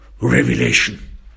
revelation